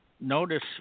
notice